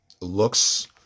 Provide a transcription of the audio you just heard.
looks